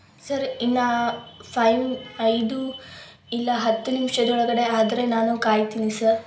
ಸರಿ ಇನ್ನು ಫೈವ್ ಐದು ಇಲ್ಲ ಹತ್ತು ನಿಮಿಷದೊಳಗಡೆ ಆದರೆ ನಾನು ಕಾಯ್ತೀನಿ ಸರ್